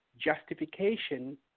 justification